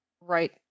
Right-